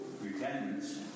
repentance